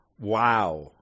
Wow